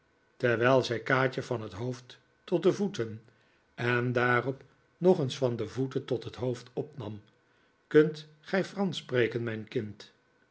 terwijl zij kaatje van het hoofd tot de voeten en daarop nog eens van de voeten tot het hoofd opnam kunt gij fransch spreken mijn kind